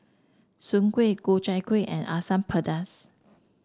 Soon Kway Ku Chai Kueh and Asam Pedas